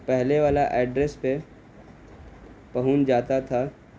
پہلے والا ایڈریس پہ پہنچ جاتا تھا